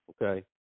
Okay